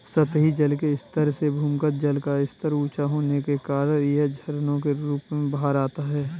सतही जल के स्तर से भूमिगत जल का स्तर ऊँचा होने के कारण यह झरनों के रूप में बाहर आता है